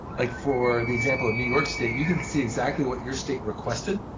like for the example of new york state, you can see exactly what your state requested.